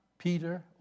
Peter